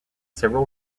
several